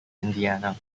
indiana